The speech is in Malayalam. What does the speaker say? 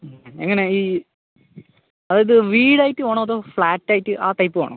എങ്ങനെ ഈ അതായത് വീടായിട്ട് വേണോ അതോ ഫ്ലാറ്റായിട്ട് ആ ടൈപ്പ് വേണോ